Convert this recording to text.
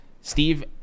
Steve